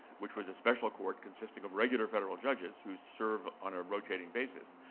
which was a special court consisting of regular federal judges who serve on a rotating basis,